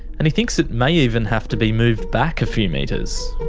and he thinks it may even have to be moved back a few metres.